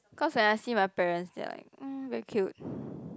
cause when I see my parents they're like mm very cute